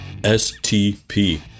STP